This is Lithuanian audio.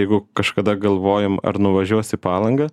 jeigu kažkada galvojom ar nuvažiuos į palangą